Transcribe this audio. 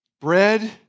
Bread